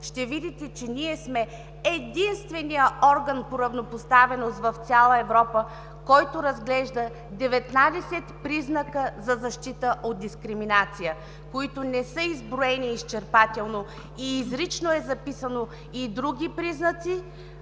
ще видите, че сме единственият орган по равнопоставеност в цяла Европа, който разглежда 19 признака за защита от дискриминация, които не са изброени изчерпателно, и изрично е записано: и други признаци,